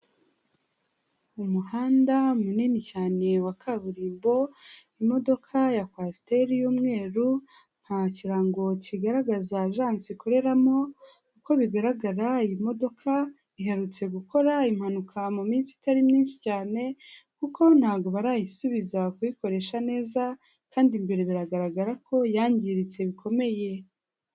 Umuhanda munini cyane wa kaburimbo, imodoka ya kwasiteri y'umweru nta kirango kigaragaza ajanse ikoreramo. Uko bigaragara iyi modoka iherutse gukora impanuka mu minsi itari myinshi cyane, kuko ntago barayisubiza kuyikoresha neza kandi imbere biragaragara ko yangiritse bikomeye.